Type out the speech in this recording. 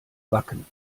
wacken